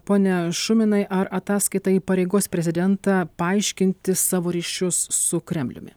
pone šuminai ar ataskaitai įpareigos prezidentą paaiškinti savo ryšius su kremliumi